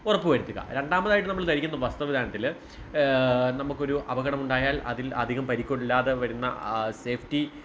ഉറപ്പുവരുത്തുക രണ്ടാമതായിട്ട് നമ്മൾ ധരിക്കേണ്ടത് വസ്ത്രവിധാനത്തിൽ നമുക്കൊരു അപകടമുണ്ടായാൽ അതിൽ അധികം പരിക്കില്ലാതെ വരുന്ന സേഫ്റ്റി